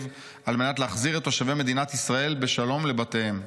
על מנת להחזיר את תושבי מדינת ישראל בשלום לבתיהם'.